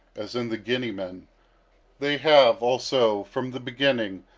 as in the guinea-men they have, also, from the beginning,